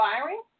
firing